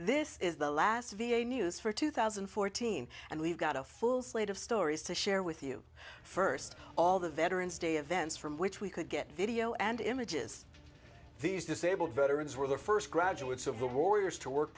this is the last v a news for two thousand and fourteen and we've got a full slate of stories to share with you first of all the veterans day events from which we could get video and images these disabled veterans were the first graduates of a war years to work